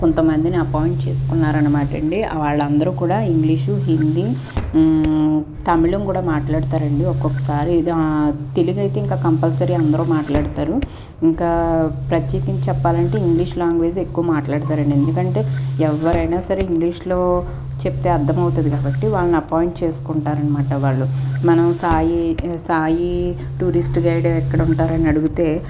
కొంతమందిని అపాయింట్ చేసుకున్నారు అనమాట అండి వాళ్ళందరూ కూడా ఇంగ్లీషు హిందీ తమిళం కూడా మాట్లాడుతారు అండి ఒక్కొక్కసారి తెలుగు అయితే ఇంకా కంపల్సరీ అందరూ మాట్లాడుతారు ఇంకా ప్రత్యేకించి చెప్పాలంటే ఇంగ్లీష్ లాంగ్వేజ్ ఎక్కువ మాట్లాడుతారు అండి ఎందుకంటే ఎవరైనా సరే ఇంగ్లీషులో చెప్తే అర్థమవుతుంది కాబట్టి వాళ్ళని అపాయింట్ చేసుకుంటారు అనమాట వాళ్ళు మనం సాయి సాయి టూరిస్ట్ గైడ్ ఎక్కడ ఉంటారు అని అడిగితే